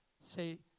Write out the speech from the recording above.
Say